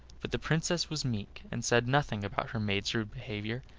but the princess was meek, and said nothing about her maid's rude behavior,